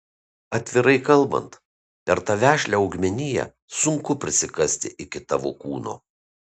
atvirai kalbant per tą vešlią augmeniją sunku prisikasti iki tavo kūno